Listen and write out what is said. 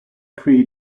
cree